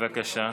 בבקשה.